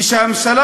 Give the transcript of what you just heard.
כשהממשלה